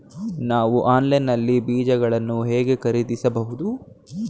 ನಾವು ಆನ್ಲೈನ್ ನಲ್ಲಿ ಬೀಜಗಳನ್ನು ಹೇಗೆ ಖರೀದಿಸಬಹುದು?